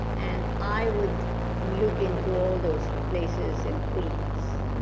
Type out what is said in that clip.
and i would look into all those places in queens,